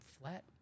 flat